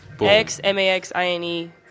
X-M-A-X-I-N-E